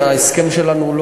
ההסכם שלנו הוא